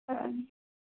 बताइए अब